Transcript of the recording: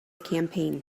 campaign